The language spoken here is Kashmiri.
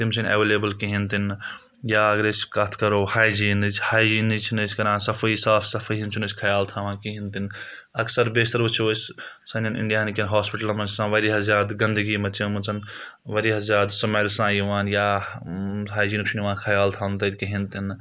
تِم چھِنہٕ اَیوَیٚلَیبٕل کِہیٖنۍ تہِ نہٕ یا اگر أسۍ کتَھ کرو ہایجیٖنٕچ ہایجیٖن چھِنہٕ أسۍ کَران صفٲیی صاف صفٲیی ہِنٛد چھُنہٕ أسۍ خیال تھاوان کِہیٖنۍ تہِ نہٕ اکثر بَیشتَر وٕچھو أسۍ سانؠن اِنڈیاہن کؠن ہاسپِٹلن منٛز چھِ آسان واریاہ زیادٕ گنٛدَگی مَچٲومٕژَن واریاہ زیادٕ سُمَٮ۪ل چھِ آسان یِوان یا ہایجیٖن چھُنہٕ یِوان خیال تھاوُن تَتہِ کِہیٖنۍ تہِ نہٕ